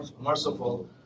merciful